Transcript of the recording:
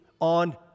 on